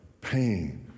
Pain